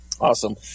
Awesome